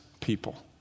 people